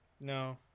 No